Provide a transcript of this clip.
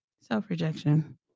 self-rejection